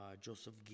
Joseph